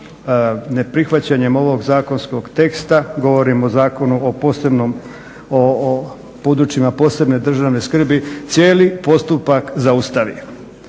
neprihvaćanjem ovog zakonskog teksta, govorimo o Zakonu o područjima posebne državne skrbi cijeli postupak zaustavi.